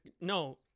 No